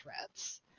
threats